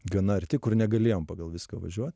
gana arti kur negalėjom pagal viską važiuot